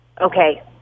Okay